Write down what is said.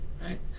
right